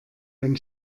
ein